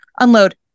unload